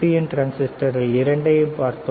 என் டிரான்சிஸ்டர்கள் இரண்டையும் பார்த்தோம்